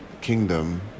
kingdom